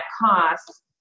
cost